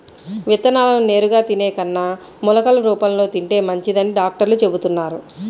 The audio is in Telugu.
విత్తనాలను నేరుగా తినే కన్నా మొలకలు రూపంలో తింటే మంచిదని డాక్టర్లు చెబుతున్నారు